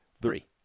three